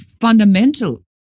fundamental